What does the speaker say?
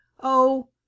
Oh